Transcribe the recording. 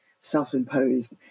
self-imposed